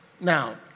Now